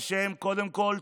קודם כול,